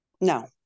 No